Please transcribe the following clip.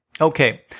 Okay